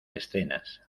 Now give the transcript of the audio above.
escenas